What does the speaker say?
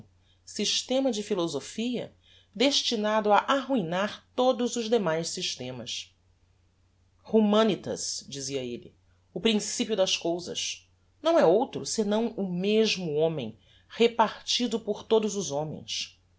systema de philosophia destinado a arruinar todos os demais systemas humanitas dizia elle o principio das cousas não é outro senão o mesmo homem repartido por todos os homens